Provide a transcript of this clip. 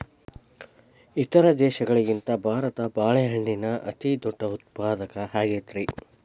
ಇತರ ದೇಶಗಳಿಗಿಂತ ಭಾರತ ಬಾಳೆಹಣ್ಣಿನ ಅತಿದೊಡ್ಡ ಉತ್ಪಾದಕ ಆಗೈತ್ರಿ